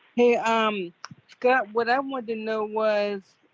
hey um got what i wanted to know was,